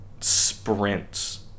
sprints